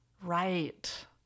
right